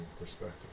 perspective